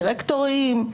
דירקטורים.